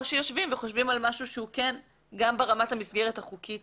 או שיושבים וחושבים על משהו שגם ברמת המסגרת החוקית